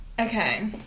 okay